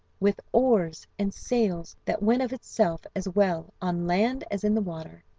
with oars and sails that went of itself as well on land as in the water.